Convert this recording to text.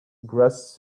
grass